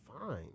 fine